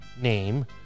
name